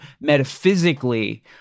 metaphysically